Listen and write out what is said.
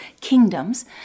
kingdoms